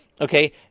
okay